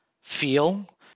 feel